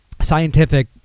scientific